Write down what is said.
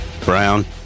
brown